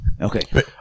Okay